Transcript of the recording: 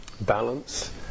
Balance